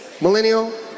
Millennial